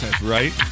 Right